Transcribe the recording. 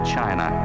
China